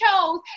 chose